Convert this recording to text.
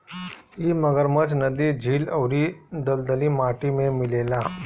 इ मगरमच्छ नदी, झील अउरी दलदली माटी में मिलेला